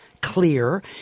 clear